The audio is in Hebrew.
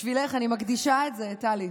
לך אני מקדישה את זה, טלי.